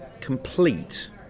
complete